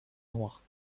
noire